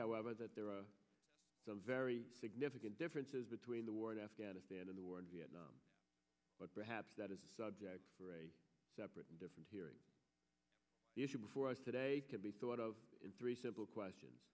however that there are some very significant differences between the war in afghanistan and the war in vietnam but perhaps that is subject for a separate and different hearing the issue before us today can be thought of in three simple questions